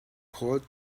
called